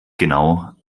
genau